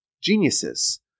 geniuses